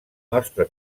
nostre